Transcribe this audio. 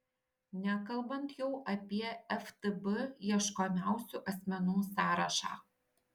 nekalbant jau apie ftb ieškomiausių asmenų sąrašą